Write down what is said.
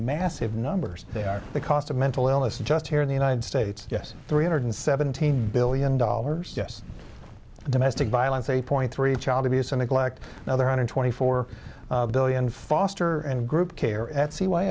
massive numbers they are the cost of mental illness just here in the united states yes three hundred seventeen billion dollars just domestic violence eight point three child abuse and neglect now there are twenty four million foster and group care at c y